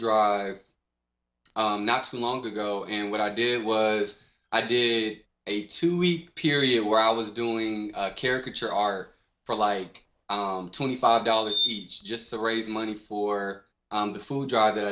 drive not too long ago and what i did was i did a two week period where i was doing caricature are for like twenty five dollars each just to raise money for the food drive that